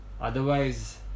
Otherwise